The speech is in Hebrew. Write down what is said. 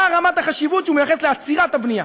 מה רמת החשיבות שהוא מייחס לעצירת הבנייה?